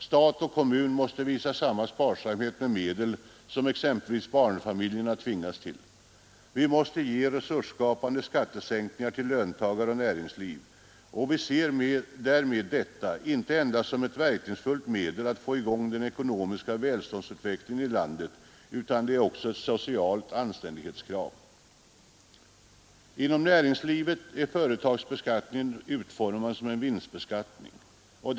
Stat och kommun måste visa samma sparsamhet med medel som exempelvis barnfamiljerna tvingas göra. Vi måste ge resursskapande skattesänkningar till löntagare och näringsliv. Sådana skattesänkningar ser vi inte endast som ett verkningsfullt medel att få i gång den ekonomiska välståndsutvecklingen i landet utan också som ett socialt anständighetskrav. Inom näringslivet är företagsbeskattningen utformad som en vinstbeskattning.